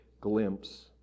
glimpse